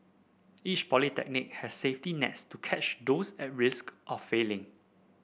each polytechnic has safety nets to catch those at risk of failing